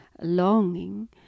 longing